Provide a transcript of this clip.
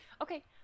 Okay